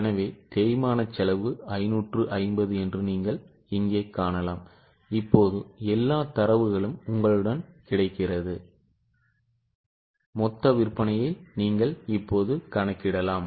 எனவே தேய்மானம் செலவு 550 என்று நீங்கள் இங்கே காணலாம் இப்போது எல்லா தரவும் உங்களுடன் கிடைக்கிறது மொத்த விற்பனையை நீங்கள் கணக்கிடலாம்